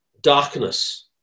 darkness